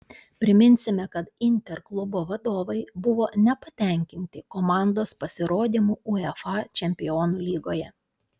priminsime kad inter klubo vadovai buvo nepatenkinti komandos pasirodymu uefa čempionų lygoje